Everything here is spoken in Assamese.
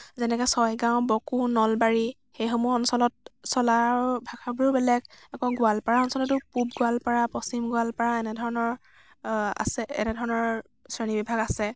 যেনেকে ছয়গাঁও বকো নলবাৰী সেইসমূহ অঞ্চলত চলা ভাষাবোৰো বেলেগ আকৌ গোৱালপাৰা অঞ্চলতো পূব গোৱালপাৰা পশ্চিম গোৱালপাৰা এনেধৰণৰ আছে এনেধৰণৰ শ্ৰেণী বিভাগ আছে